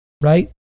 right